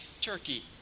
Turkey